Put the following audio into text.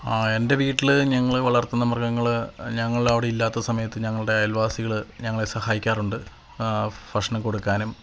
ആ എന്റെ വീട്ടിൽ ഞങ്ങൾ വളര്ത്തുന്ന മൃഗങ്ങൾ ഞങ്ങൾ അവിടില്ലാത്ത സമയത്ത് ഞങ്ങളുടെ അയല്വാസികൾ ഞങ്ങളെ സഹായിക്കാറുണ്ട് ഭക്ഷണം കൊടുക്കാനും